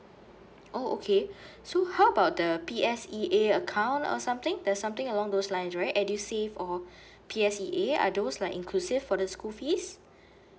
oh okay so how about the P S E A account or something there's something along those lines right edusave or P S E A are those like inclusive for the school fees